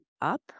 up